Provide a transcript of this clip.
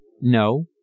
No